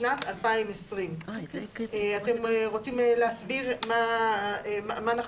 לשנת 2020; אתם רוצים להסביר מה אנחנו